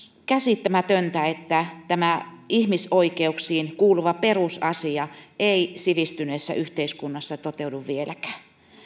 käsittämätöntä että tämä ihmisoikeuksiin kuuluva perusasia ei sivistyneessä yhteiskunnassa toteudu vieläkään